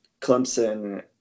Clemson